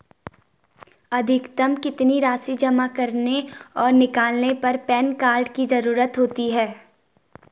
अधिकतम कितनी राशि जमा करने और निकालने पर पैन कार्ड की ज़रूरत होती है?